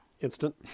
Instant